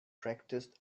practiced